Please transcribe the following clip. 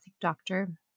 doctor